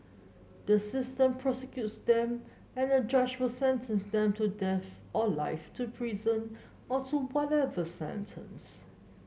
the system prosecutes them and a judge will sentence them to death or life to prison or to whatever sentence